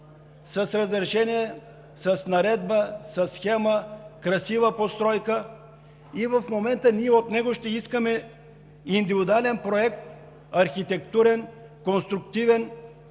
с разрешение, с наредба, със схема, красива постройка, и в момента ние от него ще искаме индивидуален проект – архитектурен, конструктивен.